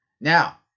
Now